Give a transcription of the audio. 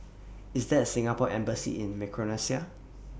IS There A Singapore Embassy in Micronesia